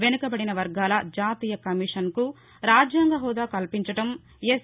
వెనుకబడిన వర్గాల జాతీయకమీషన్కు రాజ్యాంగ హాదా కల్పించడం ఎస్